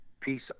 Peace